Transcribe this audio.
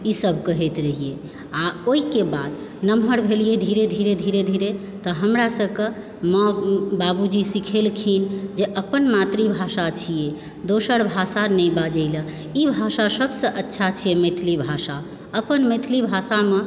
ई सभ कहैत रहियै आ ओहिके बाद नमहर भेलियै धीरे धीरे धीरे धीरे तऽ हमरा सभके माँ बाबूजी सिखेलखिन जे अपन मातृभाषा छियै दोसर भाषा नहि बाजयलऽ ई भाषा सभसँ अच्छा छै मैथिली भाषा अपन मैथिली भाषामे